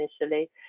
initially